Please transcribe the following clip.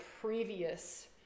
previous